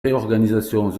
réorganisations